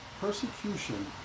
persecution